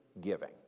giving